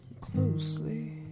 closely